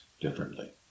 differently